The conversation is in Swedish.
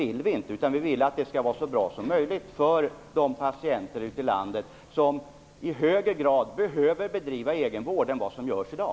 Vi vill att verksamheten skall skötas så bra som möjligt för de patienter ute i landet som i högre grad måste bedriva egenvård än vad som sker i dag.